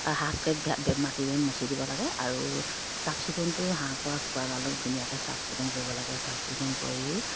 হাফকে মাটিৰে মচি দিব লাগে আৰু চাফ চিকুণটো হাঁহ কোৱা কুকুৰা গঁৰালটোক ধুনীয়াকৈ চাফ চিকুণ কৰিব লাগে চাফ চিকুণ কৰি